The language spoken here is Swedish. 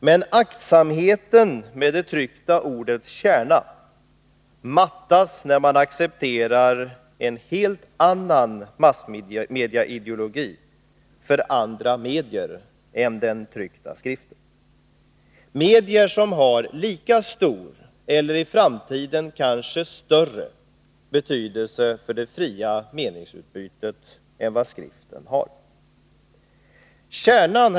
Men aktsamheten med det tryckta ordets kärna mattas när man accepterar en helt annan massmedieideologi för andra medier än den tryckta skriften, medier som har lika stor eller i framtiden kanske större betydelse för det fria meningsutbytet än vad skriften har. Herr talman!